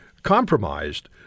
compromised